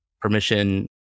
permission